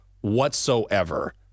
whatsoever